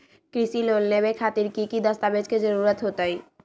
कृषि लोन लेबे खातिर की की दस्तावेज के जरूरत होतई?